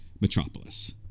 metropolis